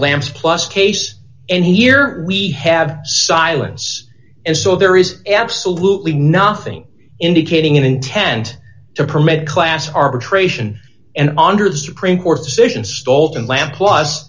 lamps plus case and here we have silence and so there is absolutely nothing indicating an intent to permit class arbitration and under the supreme court